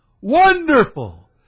wonderful